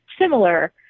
similar